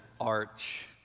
arch